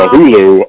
Hulu